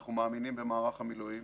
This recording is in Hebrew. אנחנו מאמינים במערך המילואים.